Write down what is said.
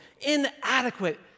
inadequate